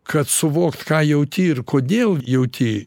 kad suvokt ką jauti ir kodėl jauti